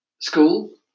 school